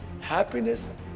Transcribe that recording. happiness